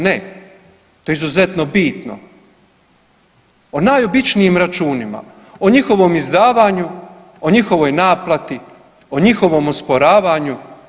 Ne, to je izuzetno bitno, o najobičnijim računima, o njihovom izdavanju, o njihovoj naplati, o njihovom osporavanju.